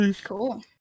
cool